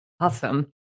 Awesome